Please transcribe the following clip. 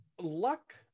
luck